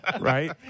Right